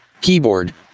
keyboard